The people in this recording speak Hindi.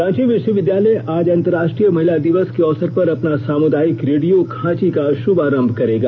रांची विश्वविद्यालय आज अंतरराष्ट्रीय महिला दिवस के अवसर पर अपना सामुदायिक रेडियो खांची का शुभारंभ करेगा